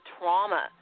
trauma